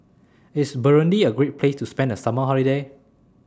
IS Burundi A Great Place to spend The Summer Holiday